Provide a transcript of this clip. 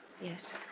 Yes